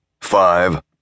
Five